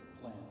plan